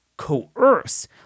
coerce